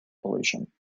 pollution